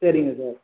சரிங்க சார்